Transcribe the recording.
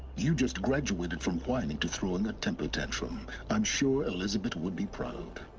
you've just graduated from whining to throwing a temper tantrum i'm sure elisabet would be proud